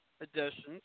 additions